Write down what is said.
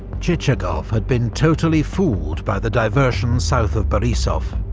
chichagov had been totally fooled by the diversion south of borisov,